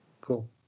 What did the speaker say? cool